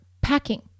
packing